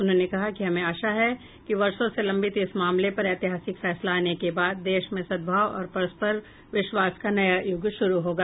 उन्होंने कहा कि हमें आशा है कि वर्षों से लंबित इस मामले पर ऐतिहासिक फैसला आने के बाद देश में सद्भाव और परस्पर विश्वास का नया यूग शुरू होगा